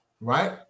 right